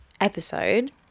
episode